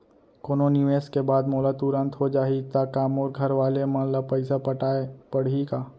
कोनो निवेश के बाद मोला तुरंत हो जाही ता का मोर घरवाले मन ला पइसा पटाय पड़ही का?